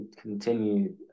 Continue